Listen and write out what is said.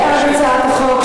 לא הצבענו.